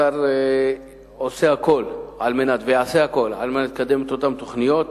השר עושה הכול ויעשה הכול על מנת לקדם את אותן תוכניות.